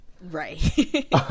Right